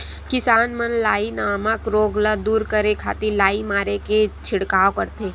किसान मन लाई नामक रोग ल दूर करे खातिर लाई मारे के छिड़काव करथे